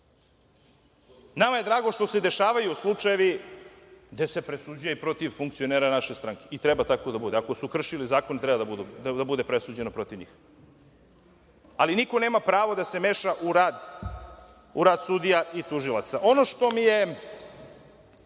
je drago što se dešavaju slučajevi gde se presuđuje i protiv funkcionera naše stranke, i treba tako da bude, ako su kršili zakon, treba da bude presuđeno protiv njih. Ali, niko nema pravo da se meša u rad sudija i tužilaca. Ono što mi je